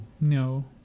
No